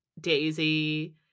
daisy